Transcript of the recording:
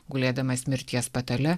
gulėdamas mirties patale